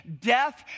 Death